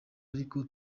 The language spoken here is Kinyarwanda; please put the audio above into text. ariko